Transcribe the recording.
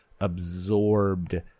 absorbed